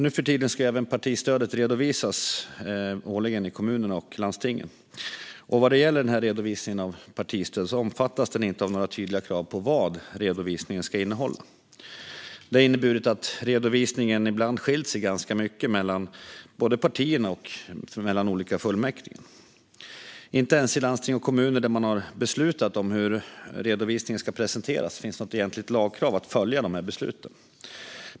Nu för tiden ska även partistödet redovisas årligen i kommunerna och landstingen. Redovisningen av partistöd omfattas dock inte av några tydliga krav på vad redovisningen ska innehålla. Det har inneburit att redovisningen ibland skilt sig ganska mycket mellan både partier och olika fullmäktige. Inte ens i landsting och kommuner där man har beslutat om hur redovisningen ska presenteras finns något egentligt lagkrav att följa dessa beslut.